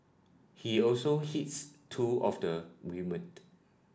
he also hits two of the women